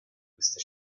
queste